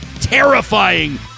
terrifying